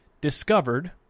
Discovered